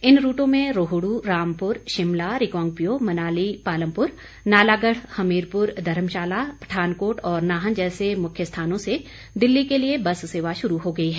इन रूटों में रोहड़ रामपुर शिमला रिकांगपिओ मनाली पालमपुर नालागढ़ हमीरपुर धर्मशाला पठानकोट और नाहन जैसे मुख्य स्थानों से दिल्ली के लिए बस सेवा शुरू हो गई है